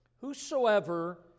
Whosoever